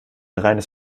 reines